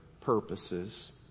purposes